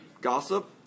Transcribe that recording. gossip